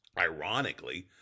Ironically